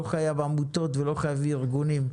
לא חייבים עמותות ולא חייבים ארגונים,